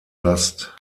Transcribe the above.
last